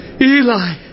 Eli